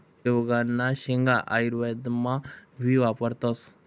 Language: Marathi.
शेवगांना शेंगा आयुर्वेदमा भी वापरतस